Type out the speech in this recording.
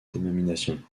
dénomination